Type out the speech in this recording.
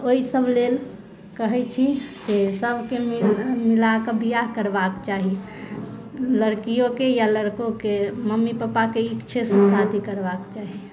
तऽ ओहि सब लेल कहैत छी से सबके मिलाके बिआह करबाके चाही लड़कियोके या लड़कोके मम्मी पप्पाके इच्छा से शादी करबाके चाही